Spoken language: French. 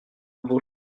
vos